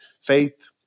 faith